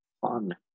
fun